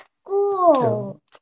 school